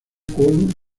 kurt